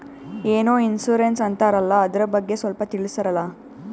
ಏನೋ ಇನ್ಸೂರೆನ್ಸ್ ಅಂತಾರಲ್ಲ, ಅದರ ಬಗ್ಗೆ ಸ್ವಲ್ಪ ತಿಳಿಸರಲಾ?